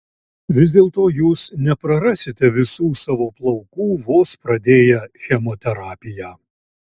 vis dėlto jūs neprarasite visų savo plaukų vos pradėję chemoterapiją